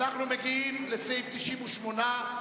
אנחנו מגיעים לסעיף 98,